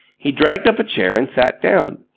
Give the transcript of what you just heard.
he dragged up a chair and sat down.